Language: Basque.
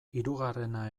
hirugarrena